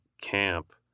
camp